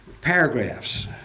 paragraphs